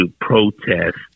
protest